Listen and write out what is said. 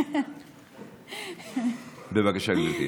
בבקשה, גברתי.